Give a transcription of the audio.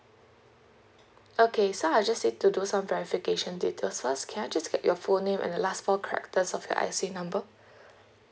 okay so I'll just need to do some verification details first can I just get your full name and the last four characters of your I_C number